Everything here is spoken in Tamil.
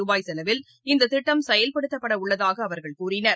ரூபாய் செலவில் இந்ததிட்டம் செயல்படுத்தப்படவுள்ளதாகஅவர்கள் கூறினர்